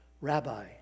rabbi